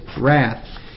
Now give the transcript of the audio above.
wrath